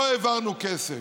לא העברנו כסף.